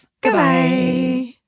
Goodbye